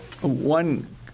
one